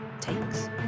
takes